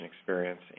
experience